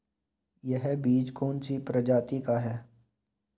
यह बीज कौन सी प्रजाति का है?